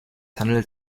handelt